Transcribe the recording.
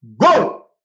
Go